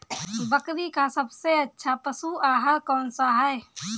बकरी का सबसे अच्छा पशु आहार कौन सा है?